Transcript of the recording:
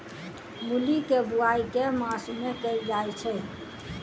मूली केँ बोआई केँ मास मे कैल जाएँ छैय?